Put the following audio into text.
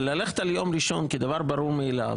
אבל ללכת על יום ראשון כדבר ברור מאליו,